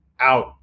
out